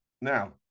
now